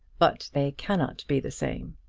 but they cannot be the same.